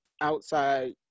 outside